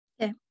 Okay